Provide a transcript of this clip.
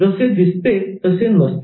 जसे दिसते तसे नसते